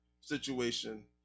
situation